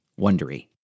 wondery